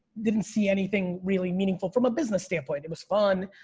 didn't see anything really meaningful from a business standpoint, it was fun.